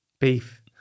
Beef